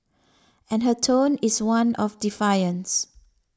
and her tone is one of defiance